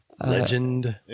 Legend